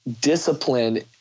discipline